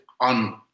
on